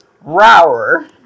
ROWER